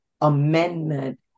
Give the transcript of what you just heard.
amendment